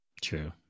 True